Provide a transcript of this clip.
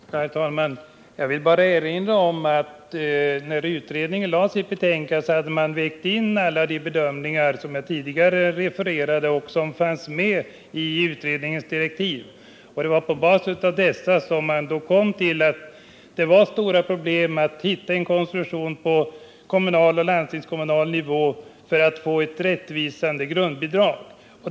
Herr talman! Jag vill bara erinra om att utredningen, då den lade fram sitt betänkande, hade gjort alla de bedömningar som ingick i utredningsdirektiven och som jag tidigare refererade till. Det var på basis av dessa bedömningar man kom fram till att det innebar stora problem att hitta en konstruktion på kommunal och landstingskommunal nivå för ett rättvisande grundbidrag.